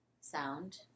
sound